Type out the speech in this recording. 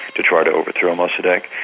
to try to overturn mossadeq,